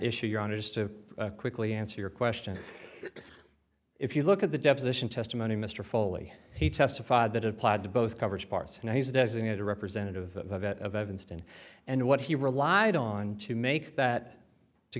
issue your honor just to quickly answer your question if you look at the deposition testimony mr foley he testified that applied to both coverage parts and he's designated a representative of evanston and what he relied on to make that to